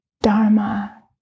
Dharma